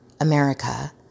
America